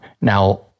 Now